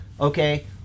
okay